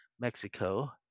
Mexico